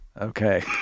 Okay